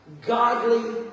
Godly